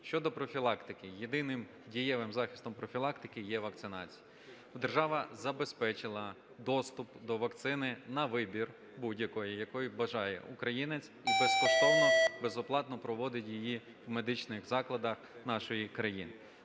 Щодо профілактики. Єдиним дієвим захистом профілактики є вакцинація. Держава забезпечила доступ до вакцини на вибір, будь-якої, якої бажає українець, і безкоштовно, безоплатно проводять її в медичних закладах нашої країни.